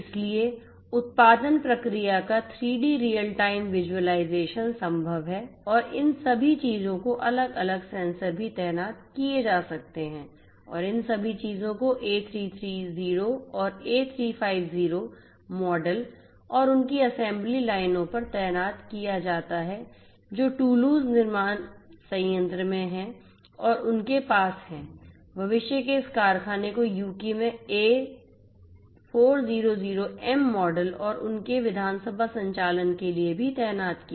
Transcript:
इसलिए उत्पादन प्रक्रिया का 3 डी रियल टाइम विज़ुअलाइज़ेशन संभव है और इन सभी चीज़ों को अलग अलग सेंसर भी तैनात किए जाते हैं और इन सभी चीज़ों को A330 और A350 मॉडल और उनकी असेंबली लाइनों पर तैनात किया जाता है जो टूलूज़ निर्माण संयंत्र में हैं और उनके पास है भविष्य के इस कारखाने को यूके में A400M मॉडल और उनके विधानसभा संचालन के लिए भी तैनात किया